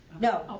No